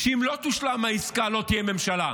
שאם לא תושלם העסקה, לא תהיה ממשלה.